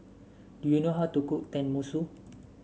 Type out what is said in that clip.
do you know how to cook Tenmusu